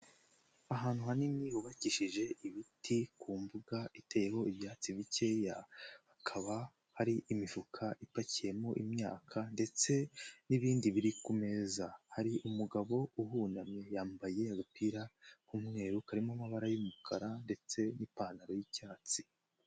Ahantu hanini hubakishije ibiti ku mbuga iteyeho ibyatsi bikeya, hakaba hari imifuka ipakiyemo imyaka ndetse n'ibindi biri ku meza, hari umugabo uhunamye yambaye agapira k'umweru karimo amabara y'umukara ndetse n'ipantaro y'icyatsi.